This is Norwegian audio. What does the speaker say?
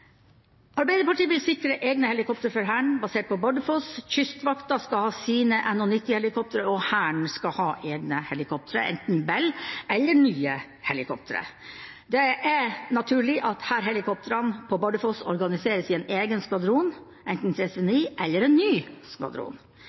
Arbeiderpartiet vil sikre egne helikoptre for Hæren basert på Bardufoss. Kystvakten skal ha sine NH90-helikoptre, og Hæren skal ha egne helikoptre, enten Bell eller nye helikoptre. Det er naturlig at hærhelikoptrene på Bardufoss organiseres i en egen skvadron, enten 339 eller en ny skvadron.